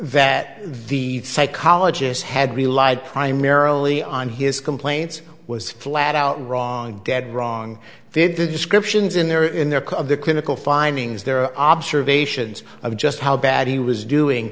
at the psychologist had relied primarily on his complaints was flat out wrong dead wrong did the descriptions in their in their cause of the clinical findings their observations of just how bad he was doing